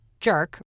jerk